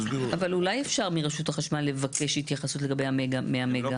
אבל אולי אפשר מרשות החשמל לבקש התייחסות לגבי ה-100 מגה?